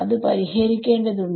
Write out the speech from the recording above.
അത് പരിഹരിക്കേണ്ടതുണ്ട്